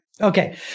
Okay